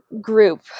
group